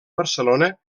barcelona